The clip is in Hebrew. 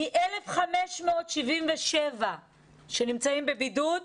מ-1,577 שנמצאים בבידוד,